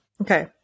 Okay